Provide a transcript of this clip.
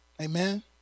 Amen